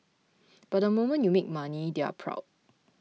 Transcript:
but the moment you make money they're proud